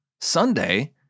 Sunday